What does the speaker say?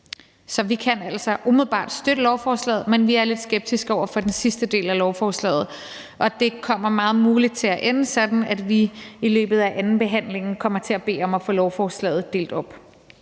Så vi kan altså umiddelbart støtte lovforslaget, men vi er lidt skeptiske over for den sidste del af lovforslaget, og det kommer meget muligt til at ende sådan, at vi i løbet af andenbehandlingen kommer til at bede om at få lovforslaget delt op.